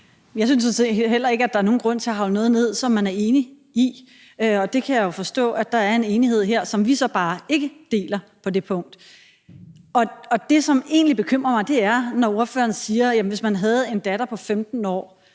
set heller ikke, at der er nogen grund til at hagle ned på noget, som man er enig i, og jeg kan jo forstå, at der er en enighed her, som vi så bare ikke deler, på det punkt. Det, som egentlig bekymrer mig, er, når ordføreren siger, om man, hvis man havde en datter på 15 år,